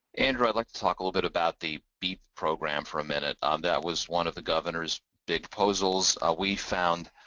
andrew, i'd like to talk a little bit about the beep program for a minute. um that was one of the governor's big proposals. ah we found,